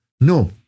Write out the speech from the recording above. No